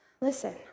listen